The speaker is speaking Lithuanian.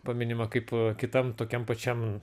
paminima kaip kitam tokiam pačiam